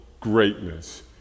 greatness